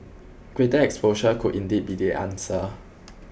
greater exposure could indeed be the answer